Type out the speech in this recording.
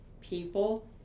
people